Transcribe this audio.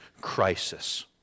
crisis